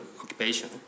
occupation